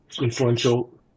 influential